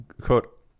quote